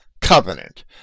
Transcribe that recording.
covenant